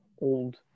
old